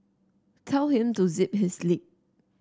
tell him to zip his lip